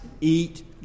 eat